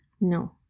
No